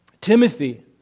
Timothy